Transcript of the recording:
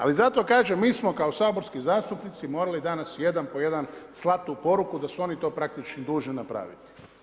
Ali, zato kažem, mi smo kao saborski zastupnici, morali danas jedan po jedan slati tu poruku, da su oni to praktički dužni napraviti.